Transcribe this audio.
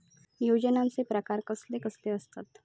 योजनांचे प्रकार कसले कसले असतत?